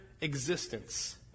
existence